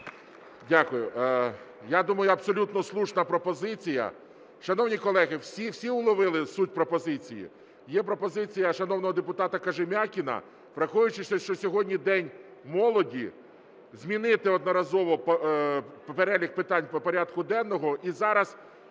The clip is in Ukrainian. Дякую. Я думаю абсолютно слушна пропозиція. Шановні колеги, всі вловили суть пропозиції? Є пропозиція шановного депутата Кожем'якіна, враховуючи, що сьогодні День молоді, змінити одноразово перелік питань порядку денного і зараз